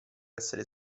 essere